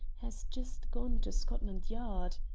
has just gone to scotland yard,